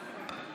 חברי הכנסת,